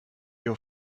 your